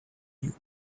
you